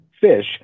fish